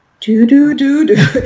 do-do-do-do